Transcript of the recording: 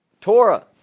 Torah